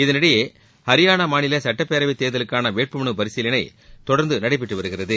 இதனிடையே ஹரியானா மாநில சுட்டப்பேரவை தேர்தலுக்கான வேட்புமனு பரிசீலனை தொடர்ந்து நடைபெற்று வருகிறது